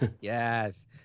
Yes